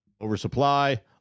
Oversupply